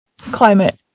climate